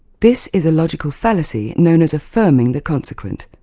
this is a logical fallacy known as affirming the consequent.